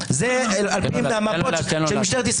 זה חברי הדואג אלמוג כהן שכל הזמן זה מה שמעסיק אותו.